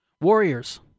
Warriors